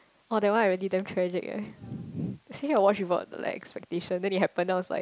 oh that one I really damn tragic eh I think I watch without like expectation and then it happen then I was like